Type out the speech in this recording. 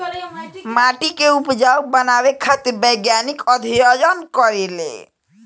माटी के उपजाऊ बनावे खातिर वैज्ञानिक अध्ययन करेले